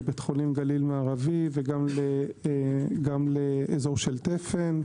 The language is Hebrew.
לבית חולים גליל מערבי וגם לאזור של תפן.